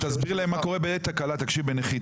תסביר להם מה קורה בעת תקלה בנחיתה,